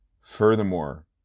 Furthermore